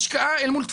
השקעה אל מול תפוקה.